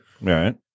Right